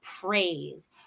praise